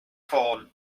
ffon